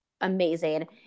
amazing